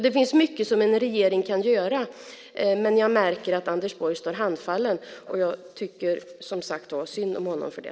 Det finns mycket som en regering kan göra, men jag märker att Anders Borg står handfallen. Jag tycker som sagt var synd om honom för det.